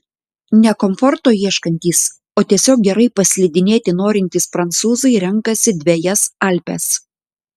ne komforto ieškantys o tiesiog gerai paslidinėti norintys prancūzai renkasi dvejas alpes